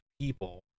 people